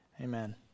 Amen